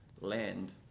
land